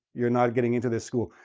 you're not getting into this school.